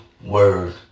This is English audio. Word